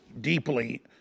deeply